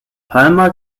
palmer